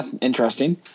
interesting